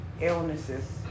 illnesses